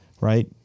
Right